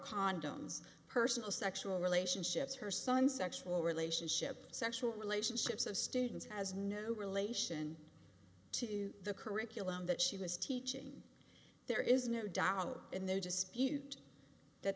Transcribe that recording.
condoms personal sexual relationships her son sexual relationship sexual relationships of students has no relation to the curriculum that she was teaching there is no dollar in their dispute that